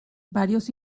varios